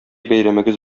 бәйрәмегез